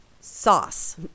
sauce